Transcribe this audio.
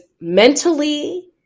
mentally